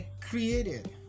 created